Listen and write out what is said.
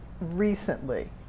recently